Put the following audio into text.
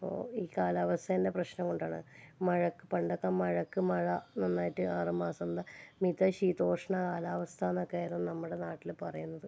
അപ്പോൾ ഈ കാലാവസ്ഥേന്റെ പ്രശ്നം കൊണ്ടാണ് മഴ പണ്ടൊക്കെ മഴയ്ക്ക് മഴ നന്നായിട്ട് ആറുമാസം മിത ശീതോഷ്ണ കാലാവസ്ഥയെന്നൊക്കെ ആയിരുന്നു നമ്മുടെ നാട്ടിൽ പറയുന്നത്